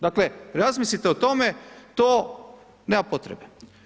Dakle razmislite o tome, to nema potrebe.